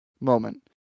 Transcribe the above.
moment